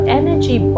energy